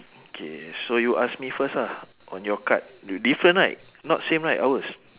okay so you ask me first ah on your card d~ different right not same right ours